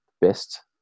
best